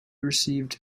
received